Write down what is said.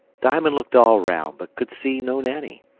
diamond looked all round, but could see no nanny.